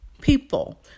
people